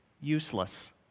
useless